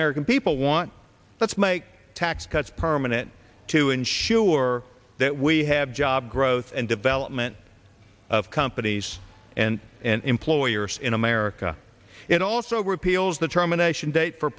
american people want let's make tax cuts permanent to ensure that we have job growth and development of companies and and employers in america it also repeals the terminations date for